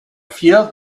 feel